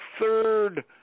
third